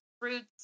Fruits